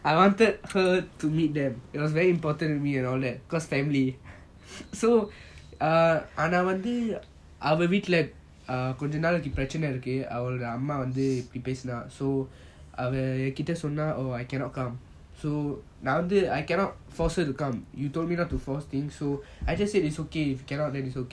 I wanted her to meet them it was very important to me and all that cause family so err ஆனா வந்து அவ வீட்டுல கொஞ்ச நாளைக்கி பிரச்னை இருக்கு அவலோடிய அம்மா வந்து இப்பிடி பேசுனா அவ ஏன் கிட்ட சொன்ன:aana vanthu ava veetula konja naalaiki prechana iruku avalodiya amma vanthu ipidi peasuna ava yean kita sonna oh I cannot come so நான் வந்து:naan vanthu I cannot force her to come you told me not to force things so I just say it's okay if cannot then it's okay lah